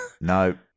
No